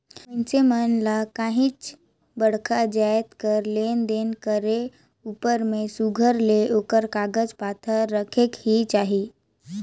मइनसे मन ल काहींच बड़खा जाएत कर लेन देन करे उपर में सुग्घर ले ओकर कागज पाथर रखेक ही चाही